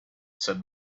said